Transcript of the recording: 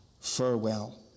Farewell